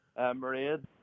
Maraid